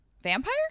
Vampire